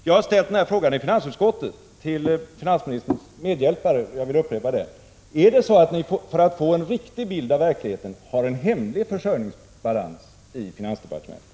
Jag har ställt den här frågan i finansutskottet, till finansminis terns medhjälpare, och jag upprepar den: Har ni för att få en riktig bild av verkligheten en hemlig försörjningsbalans i finansdepartementet?